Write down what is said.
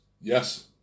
Yes